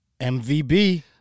MVB